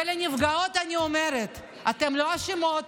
לנפגעות אני אומרת: אתן לא אשמות.